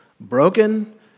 broken